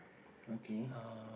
okay